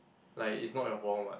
like it's not your problem [what]